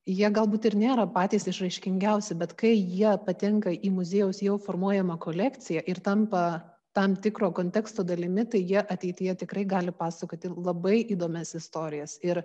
jie galbūt ir nėra patys išraiškingiausi bet kai jie patenka į muziejaus jau formuojamą kolekciją ir tampa tam tikro konteksto dalimi tai jie ateityje tikrai gali pasakoti labai įdomias istorijas ir